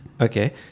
Okay